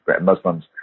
Muslims